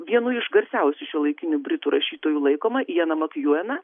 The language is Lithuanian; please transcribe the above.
vienu iš garsiausių šiuolaikinių britų rašytojų laikomą jeną makjueną